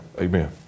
Amen